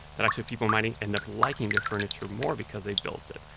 that actually people might end up liking their furniture more because they built it.